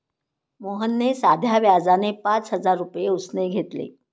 मोहनने साध्या व्याजाने पाच हजार रुपये उसने घेतले